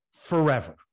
forever